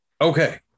Okay